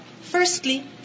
firstly